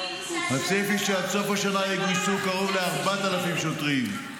הצפי, שעד סוף השנה יגויסו קרוב ל-4,000 שוטרים.